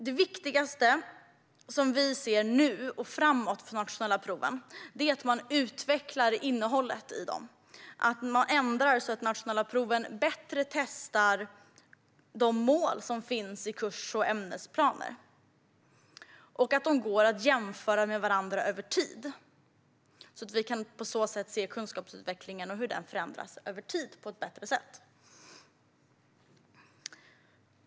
Det viktigaste nu och framåt för de nationella proven är att man utvecklar innehållet i dem, att man ändrar så att de nationella proven bättre testar de mål som finns i kurs och ämnesplaner och att de går att jämföra med varandra över tid, så att vi på så sätt ser kunskapsutvecklingen och hur den förändras över tid på ett bättre sätt.